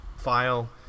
file